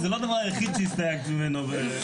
שזה לא הדבר היחיד שהסתייגת ממנו.